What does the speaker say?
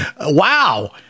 Wow